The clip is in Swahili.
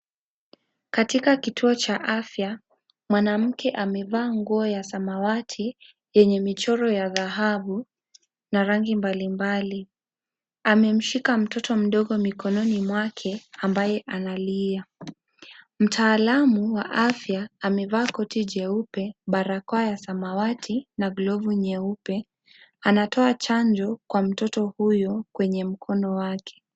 Katika kituo cha afya. Mwanamke amevaa nguo ya samawati yenye michoro ya dhahabu na rangi mbalimbali. Amemshika mtoto mdogo mikononi mwake ambaye analia. Mtaalamu wa afya amevaa koti jeupe, barakoa ya samawati na glovu nyeupe. Anatoa chanjo kwa mtoto huyo kwenye mkono wake.